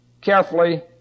carefully